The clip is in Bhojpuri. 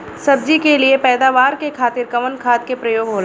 सब्जी के लिए पैदावार के खातिर कवन खाद के प्रयोग होला?